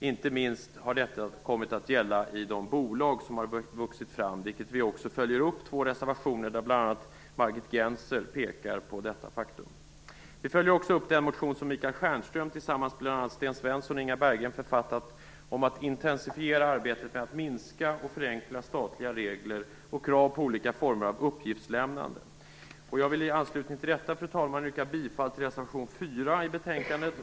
Inte minst har detta kommit att gälla i de bolag som har vuxit fram. Vi följer upp detta i två reservationer, där bl.a. Margit Gennser pekar på detta faktum. Vi följer också upp den motion som Michael Inga Berggren författat om att intensifiera arbetet med att minska och förenkla statliga regler och krav på olika former av uppgiftslämnande. Jag vill i anslutning till detta, fru talman, yrka bifall till reservation 4 vid betänkandet.